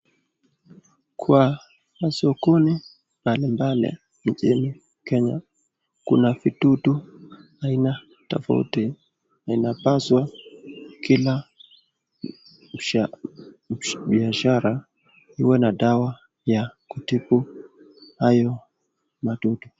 Kwa sokoni mbalimbali nchini Kenya kuna vududu aina tofauti na inapaswa kila biashara iwe na dawa kutibu hayo madudu.